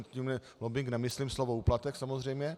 Tím lobbing nemyslím slovo úplatek, samozřejmě.